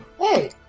Hey